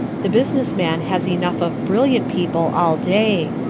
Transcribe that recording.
the business man has enough of brilliant people all day.